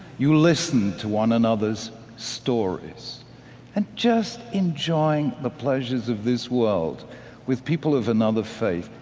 you listen to one another's stories and just enjoy the pleasures of this world with people of another faith.